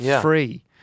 free